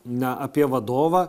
na apie vadovą